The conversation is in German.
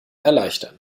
erleichtern